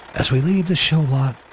as we leave the show lot,